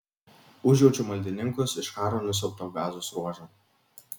užjaučiu maldininkus iš karo nusiaubto gazos ruožo